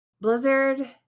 Blizzard